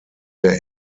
der